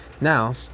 Now